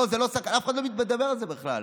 לא, אף אחד לא מדבר על זה בכלל.